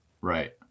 Right